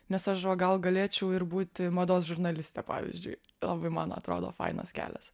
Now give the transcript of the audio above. nes aš va gal galėčiau ir būti mados žurnaliste pavyzdžiui labai man atrodo fainas kelias